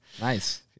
Nice